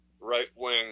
right-wing